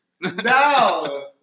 No